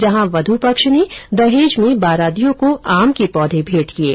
जहां वध् पक्ष ने दहेज में बारातियों को आम के पौधे भेंट किये